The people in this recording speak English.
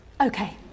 Okay